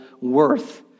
worth